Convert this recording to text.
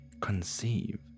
conceive